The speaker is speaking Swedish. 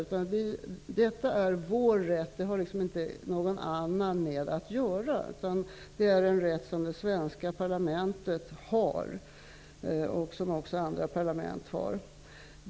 Detta är alltså vår rätt, det har inte någon annan med att göra. Det är en rätt som det svenska parlamentet, och även andra, har.